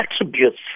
attributes